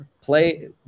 play